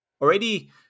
already